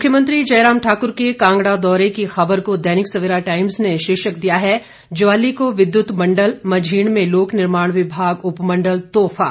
मुख्यमंत्री जयराम ठाकुर के कांगड़ा दौरे की खबर को दैनिक सवेरा टाइम्स ने शीर्षक दिया है ज्वाली को विद्युत मंडल मझीण में लोक निर्माण विभाग उपमंडल तोहफा